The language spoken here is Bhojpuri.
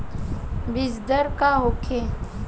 बीजदर का होखे?